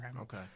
Okay